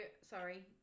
sorry